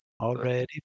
Already